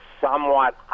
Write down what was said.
somewhat